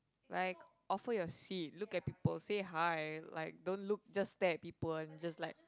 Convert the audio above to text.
like offer your seat look at people say hi like don't look just stare at people and just like